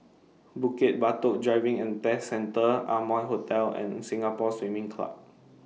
Bukit Batok Driving and Test Centre Amoy Hotel and Singapore Swimming Club